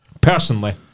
personally